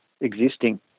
existing